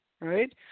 right